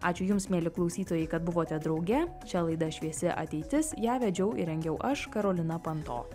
ačiū jums mieli klausytojai kad buvote drauge šią laidą šviesi ateitis ją vedžiau ir rengiau aš karolina panto